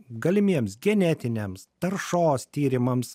galimiems genetiniams taršos tyrimams